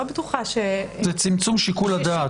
זה צמצום שיקול הדעת.